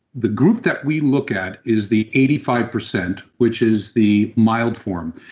the group that we look at is the eighty five percent which is the mild form.